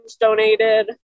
donated